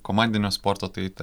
komandinio sporto tai